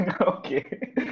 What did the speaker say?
Okay